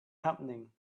happening